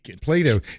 Plato